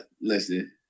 listen